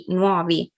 nuovi